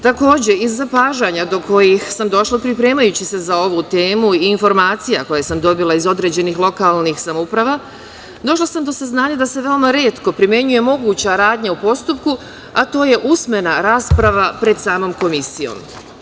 Takođe iz zapažanja do kojih sam došla pripremajući se za ovu temu i informacija, koje sam dobila iz određenih lokalnih samouprava, došla sam do saznanja da se veoma retko primenjuje moguća radnja u postupku, a to je usmena rasprava pred samom Komisijom.